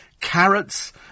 carrots